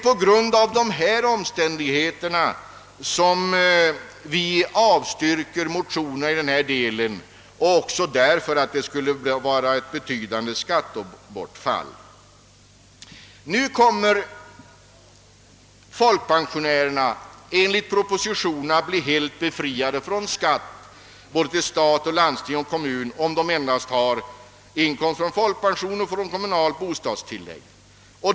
På grund av dessa omständigheter och också därför att en höjning av ortsavdragen skulle innebära betydande skattebortfall avstyrker utskottet motionen i denna del. Folkpensionärerna kommer dock enligt propositionen att bli helt befriade från skatt till såväl stat, landsting som kommun, om de endast har inkomst från folkpension och kommunalt bostadstillägg.